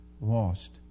lost